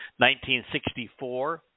1964